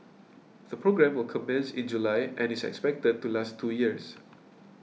the programme will commence in July and is expected to last two years